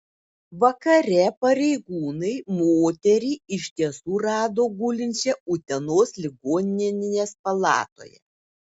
vakare pareigūnai moterį iš tiesų rado gulinčią utenos ligoninės palatoje